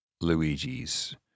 Luigi's